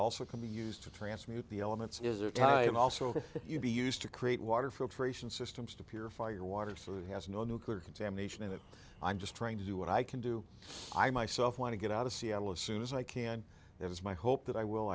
also can be used to transmute the elements is it time also be used to create water filtration systems to purify your water so it has no nuclear contamination and i'm just trying to do what i can do i myself want to get out of seattle as soon as i can and it's my hope that i will